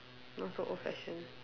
not so old-fashioned